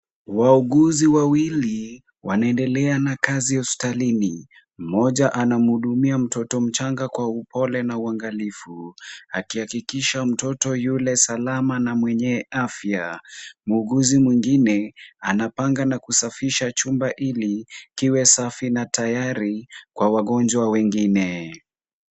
Wauguzi wawili wanaendelea na kazi hospitalini. Mmoja anamhudumia mtoto mchanga kwa upole na uangalifu akihakikisha mtoto yule salama na mwenye afya. Muuguzi mwingine anapanga na kusafisha chumba ili kiwe safi na tayari kwa wagonjwa wengine.